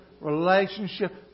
relationship